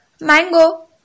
Mango